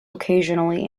occasionally